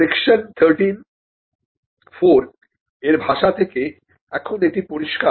section 13এর ভাষা থেকে এখন এটি পরিষ্কার